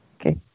Okay